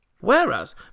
Whereas